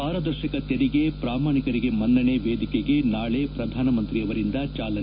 ಪಾರದರ್ಶಕ ತೆರಿಗೆ ಪ್ರಾಮಾಣಿಕರಿಗೆ ಮನ್ನಣೆ ವೇದಿಕೆಗೆ ನಾಳಿ ಪ್ರಧಾನಮಂತ್ರಿ ಅವರಿಂದ ಚಾಲನೆ